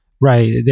Right